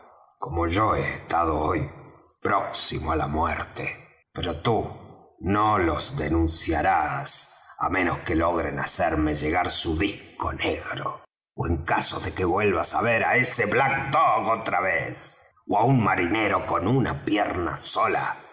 como yo he estado hoy próximo á la muerte pero tú no los denunciarás á menos que logren hacerme llegar su disco negro ó en caso de que vuelvas á ver á ese black dog otra vez ó á un marinero con una pierna sola